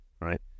right